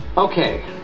Okay